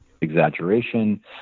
exaggeration